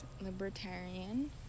libertarian